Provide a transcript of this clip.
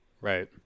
Right